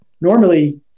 normally